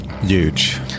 Huge